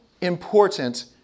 important